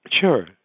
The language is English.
Sure